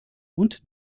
und